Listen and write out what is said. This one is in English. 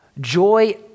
Joy